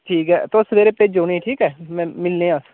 ठीक ऐ तुस सवेरे भेज्जो उ'नें ई ठीक ऐ में मिलने आं अस